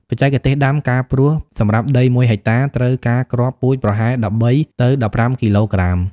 បច្ចេកទេសដាំ ការព្រោះ សម្រាប់ដី ១ ហិកតា ត្រូវការគ្រាប់ពូជប្រហែល ១៣ ទៅ ១៥ គីឡូក្រាម។